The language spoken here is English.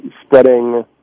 spreading